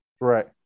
Right